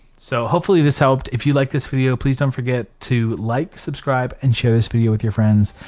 so hopefully this helped, if you like this video, please don't forget to like, subscribe and share this video with your friends.